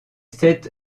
sept